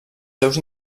seus